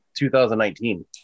2019